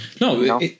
No